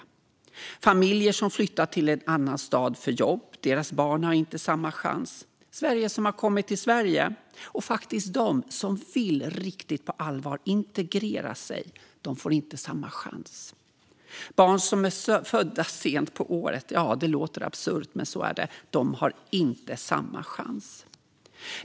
Barn i familjer som flyttar till en annan stad för jobb har inte samma chans. De som har kommit till Sverige och som faktiskt på allvar vill integreras får inte samma chans. Barn som är födda sent på året har inte samma chans. Det låter absurt, men så är det.